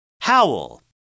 Howl